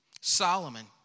Solomon